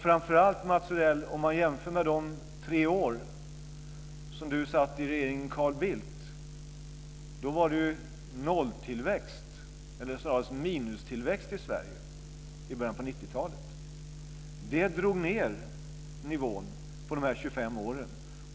Under de tre år som Mats Odell satt i regeringen Carl Bildt i början på 90-talet var det nolltillväxt eller snarast minustillväxt i Sverige. Det drog ned nivån för dessa 25 år.